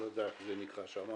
אני לא יודע איך זה נקרא שם.